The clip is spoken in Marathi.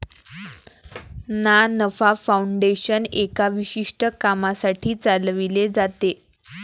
ना नफा फाउंडेशन एका विशिष्ट कामासाठी चालविले जाते